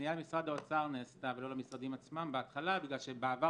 הפנייה למשרד האוצר ולא למשרדים עצמם נעשתה בהתחלה בגלל שבעבר